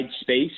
space